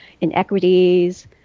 inequities